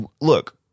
look